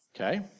Okay